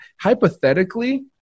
Hypothetically